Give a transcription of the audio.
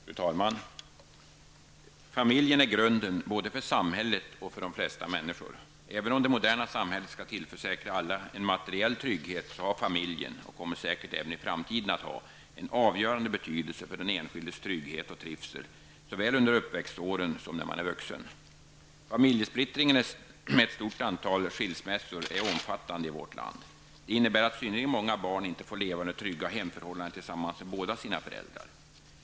Fru talman! Familjen är grunden både för samhället och för de flesta människor. Även om det moderna samhället skall tillförsäkra alla en materiell trygghet har familjen -- och kommer säkert även i framtiden att ha -- en avgörande betydelse för den enskildes trygghet och trivsel såväl under uppväxtåren som när man är vuxen. Familjesplittringen med stort antal skilsmässor är omfattande i vårt land. Det innebär att i synnerhet många barn inte får leva under trygga hemförhållanden tillsammans med båda sina föräldrar.